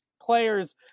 players